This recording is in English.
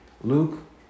Luke